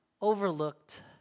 overlooked